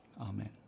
Amen